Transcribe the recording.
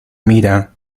mira